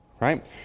right